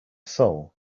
soul